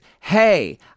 Hey